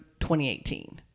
2018